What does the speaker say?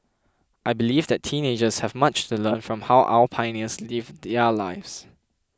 I believe that teenagers have much to learn from how our pioneers lived their lives